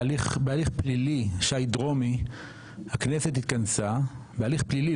בהליך פלילי במקרה של שי דרומי הכנסת התכנסה - בהליך פלילי,